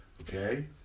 Okay